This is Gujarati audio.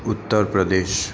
ઉત્તર પ્રદેશ